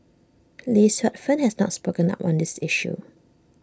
lee Suet Fern has not spoken up on this issue